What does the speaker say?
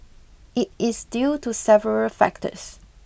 it is due to several factors